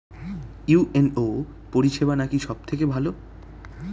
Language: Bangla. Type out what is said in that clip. ইউ.এন.ও পরিসেবা নাকি সব থেকে ভালো?